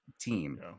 team